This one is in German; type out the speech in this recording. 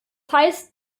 heißt